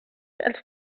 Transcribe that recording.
els